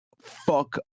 fuck